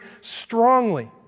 strongly